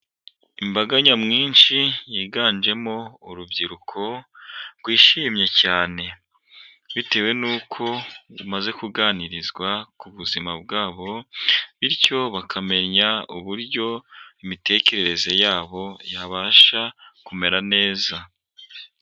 Imbaga nyamwinshi yiganjemo urubyiruko rwishimye cyane, bitewe n'uko rumaze kuganirizwa ku buzima bwabo bityo bakamenya uburyo imitekerereze yabo yabasha kumera neza.